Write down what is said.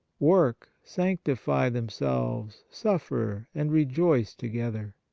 work, sanctify them selves, suffer and rejoice together.